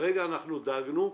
חוק העסקת עובדים